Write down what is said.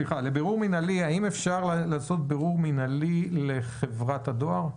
האם אפשר לעשות בירור מינהלי לחברת הדואר?